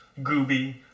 Gooby